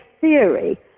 theory